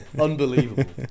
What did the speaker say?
unbelievable